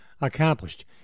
accomplished